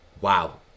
Wow